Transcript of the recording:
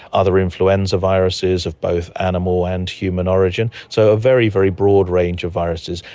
other influenza viruses of both animal and human origin, so a very, very broad range of viruses,